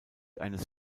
eines